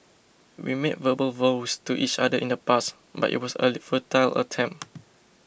we made verbal vows to each other in the past but it was a futile attempt